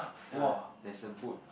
ya there's a boat